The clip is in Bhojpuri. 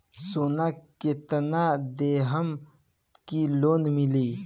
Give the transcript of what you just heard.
सोना कितना देहम की लोन मिली?